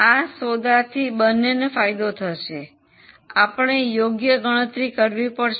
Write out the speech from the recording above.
આ સોદો થી બંનેને ફાયદો થશે આપણે યોગ્ય ગણતરી કરવી પડશે